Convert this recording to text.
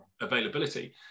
availability